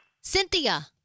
Cynthia